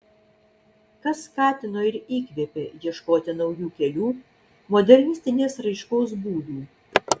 kas skatino ir įkvėpė ieškoti naujų kelių modernistinės raiškos būdų